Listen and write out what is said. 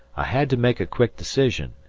i had to make a quick decision,